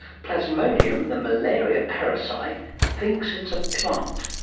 plasmodium, the malaria parasite, thinks it's a plant.